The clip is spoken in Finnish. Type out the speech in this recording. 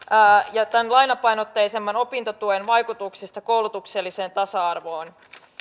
ja siihen mitkä ovat tämän lainapainotteisemman opintotuen vaikutukset koulutukselliseen tasa arvoon